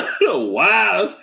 Wow